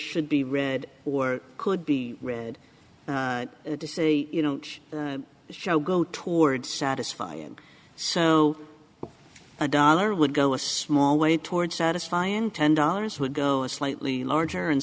should be read or could be read it to say you know show go toward satisfy and so a dollar would go a small way toward satisfying ten dollars would go a slightly larger and